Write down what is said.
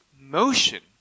motion